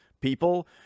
people